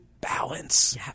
balance